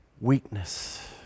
weakness